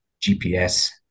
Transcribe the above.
GPS